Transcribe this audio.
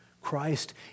Christ